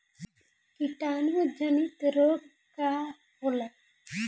कीटाणु जनित रोग का होला?